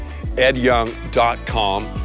edyoung.com